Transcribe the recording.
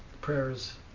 prayers